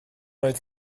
oedd